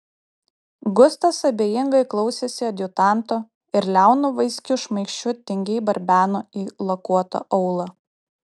gustas abejingai klausėsi adjutanto ir liaunu vaiskiu šmaikščiu tingiai barbeno į lakuotą aulą